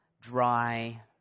dry